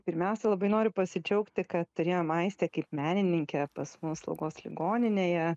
pirmiausia labai noriu pasidžiaugti kad turėjom aistę kaip menininkę pas mus slaugos ligoninėje